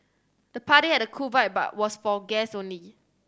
the party had a cool vibe but was for guest only